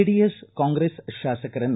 JDS Congress ಶಾಸಕರನ್ನು